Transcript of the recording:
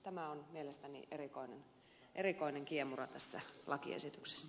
tämä on mielestäni erikoinen kiemura tässä lakiesityksessä